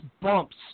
bumps